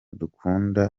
dukunda